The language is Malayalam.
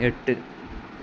എട്ട്